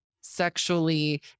sexually